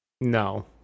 No